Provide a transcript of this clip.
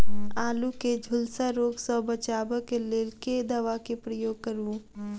आलु केँ झुलसा रोग सऽ बचाब केँ लेल केँ दवा केँ प्रयोग करू?